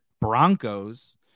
Broncos